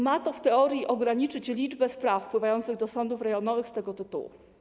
Ma to w teorii ograniczyć liczbę spraw wpływających do sądów rejonowych z tego tytułu.